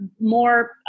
more